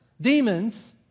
demons